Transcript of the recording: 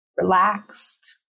relaxed